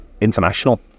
international